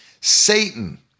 Satan